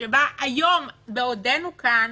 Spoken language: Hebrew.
כשהיום, בעודנו כאן,